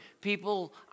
People